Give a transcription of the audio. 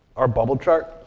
our bubble chart,